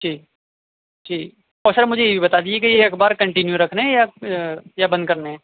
ٹھیک ٹھیک اور سر مجھے یہ بھی بتا دیجیے کہ یہ اخبار کنٹینیو رکھنا ہے یا یا بند کرنے ہیں